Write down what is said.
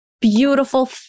beautiful